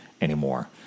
Anymore